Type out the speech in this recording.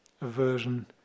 aversion